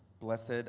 Blessed